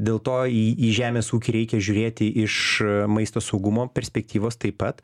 dėl to į į žemės ūkį reikia žiūrėti iš maisto saugumo perspektyvos taip pat